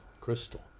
Crystal